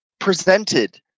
presented